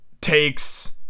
takes